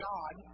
God